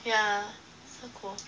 yeah so cool